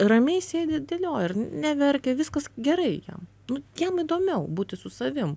ramiai sėdi dėlioja ir neverkia viskas gerai jam nu jam įdomiau būti su savim